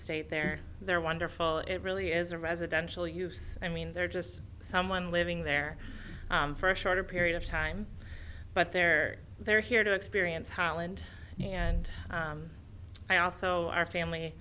stayed there they're wonderful it really is a residential use i mean they're just someone living there for a shorter period of time but they're they're here to experience holland and i also our family